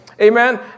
Amen